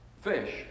fish